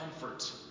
Comfort